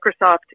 Microsoft